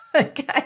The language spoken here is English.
okay